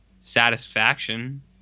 Satisfaction